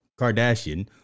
Kardashian